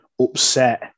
upset